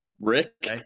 Rick